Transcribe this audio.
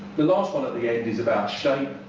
the last one at the end is about shape.